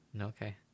Okay